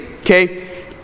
okay